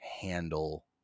handle